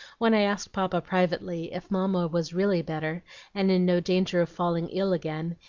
when i asked papa privately, if mamma was really better and in no danger of falling ill again,